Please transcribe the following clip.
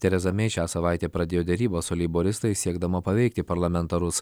tereza mei šią savaitę pradėjo derybas su leiboristais siekdama paveikti parlamentarus